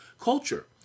culture